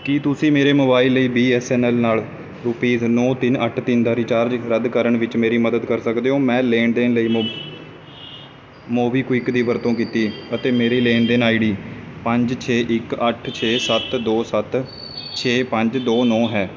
ਕੀ ਤੁਸੀਂ ਮੇਰੇ ਮੋਬਾਈਲ ਲਈ ਬੀ ਐੱਸ ਐੱਨ ਐੱਲ ਨਾਲ ਰੁਪਈਸ ਨੌ ਤਿੰਨ ਅੱਠ ਤਿੰਨ ਦਾ ਰੀਚਾਰਜ ਰੱਦ ਕਰਨ ਵਿੱਚ ਮੇਰੀ ਮਦਦ ਕਰ ਸਕਦੇ ਹੋ ਮੈਂ ਲੈਣ ਦੇਣ ਲਈ ਮੋਬ ਮੋਬੀਕਵਿਕ ਦੀ ਵਰਤੋਂ ਕੀਤੀ ਅਤੇ ਮੇਰੀ ਲੈਣ ਦੇਣ ਆਈ ਡੀ ਪੰਜ ਛੇ ਇੱਕ ਅੱਠ ਛੇ ਸੱਤ ਦੋ ਸੱਤ ਛੇ ਪੰਜ ਦੋ ਨੌ ਹੈ